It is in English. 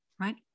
right